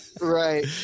Right